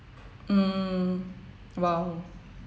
mm !wow!